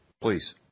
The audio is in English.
Please